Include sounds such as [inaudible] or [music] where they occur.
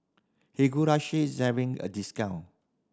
[unintelligible] is having a discount